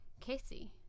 Casey